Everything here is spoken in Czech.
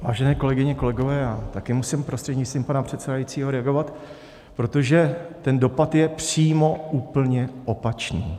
Vážené kolegyně, kolegové, také musím prostřednictvím pana předsedajícího reagovat, protože ten dopad je přímo úplně opačný.